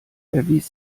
erwies